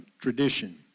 tradition